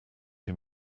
him